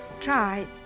try